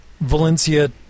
Valencia